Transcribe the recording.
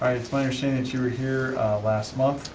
it's my understanding that you were here last month.